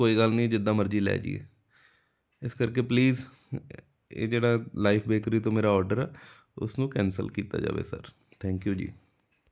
ਕੋਈ ਗੱਲ ਨਹੀਂ ਜਿੱਦਾਂ ਮਰਜ਼ੀ ਲੈ ਜੀਏ ਇਸ ਕਰਕੇ ਪਲੀਜ਼ ਇਹ ਜਿਹੜਾ ਲਾਈਫ ਬੇਕਰੀ ਤੋਂ ਮੇਰਾ ਔਡਰ ਉਸ ਨੂੰ ਕੈਂਸਲ ਕੀਤਾ ਜਾਵੇ ਸਰ ਥੈਂਕ ਯੂ ਜੀ